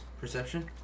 Perception